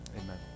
Amen